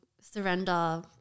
surrender